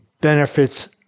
benefits